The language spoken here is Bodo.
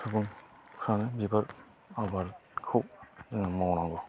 सुबुंफ्रानो बिबार आबादखौ जोङो मावनांगौ